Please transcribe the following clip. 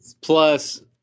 plus